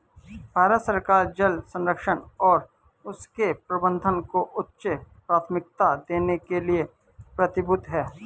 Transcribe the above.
भारत सरकार जल संरक्षण और उसके प्रबंधन को उच्च प्राथमिकता देने के लिए प्रतिबद्ध है